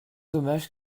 dommage